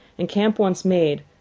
and camp once made,